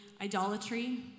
idolatry